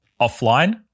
offline